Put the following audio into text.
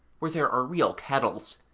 where there are real kettles,